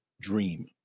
dream